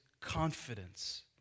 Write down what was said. confidence